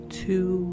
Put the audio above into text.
two